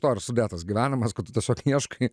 to ir sudėtas gyvenimas kad tu tiesiog ieškai